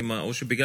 לבד, ולכן